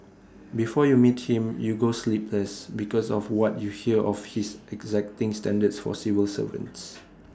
before you meet him you go sleepless because of what you hear of his exacting standards for civil servants